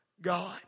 God